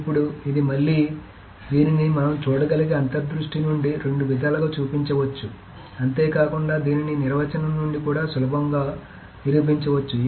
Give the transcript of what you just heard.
ఇప్పుడు ఇది మళ్ళీ దీనిని మనం చూడగలిగే అంతర్ దృష్టి నుండి రెండు విధాలుగా చూపించవచ్చు అంతే కాకుండా దీనిని నిర్వచనం నుండి కూడా సులభంగా నిరూపించవచ్చు